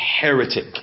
heretic